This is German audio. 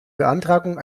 beantragung